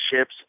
ships